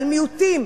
על מיעוטים,